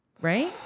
Right